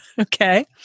Okay